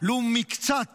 לו מקצת